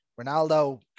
Ronaldo